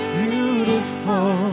beautiful